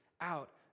out